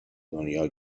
دنیا